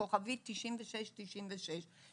9696*,